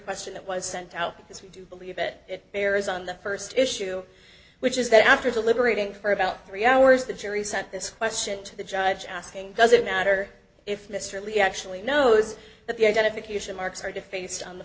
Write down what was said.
question that was sent out because we do believe it bears on the first issue which is that after deliberating for about three hours the jury sent this question to the judge asking does it matter if mr lee actually knows that the identification marks are defaced on the